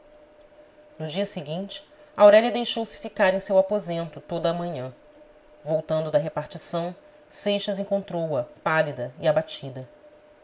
no dia seguinte aurélia deixou-se ficar em seu aposento toda a manhã voltando da repartição seixas encontrou-a pálida e abatida